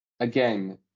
Again